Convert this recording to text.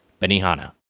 Benihana